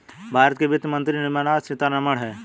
भारत की वित्त मंत्री निर्मला सीतारमण है